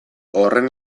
horren